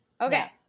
Okay